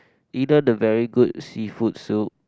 either the very good seafood soup